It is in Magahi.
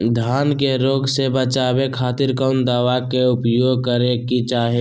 धान के रोग से बचावे खातिर कौन दवा के उपयोग करें कि चाहे?